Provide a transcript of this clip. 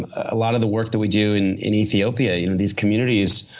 a lot of the work that we do in in ethiopia, you know these communities,